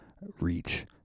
reach